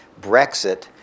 Brexit